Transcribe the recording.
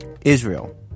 Israel